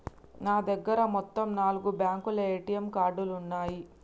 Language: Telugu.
నా దగ్గర మొత్తం నాలుగు బ్యేంకుల ఏటీఎం కార్డులున్నయ్యి